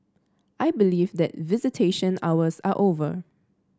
I believe that visitation hours are over